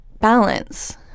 balance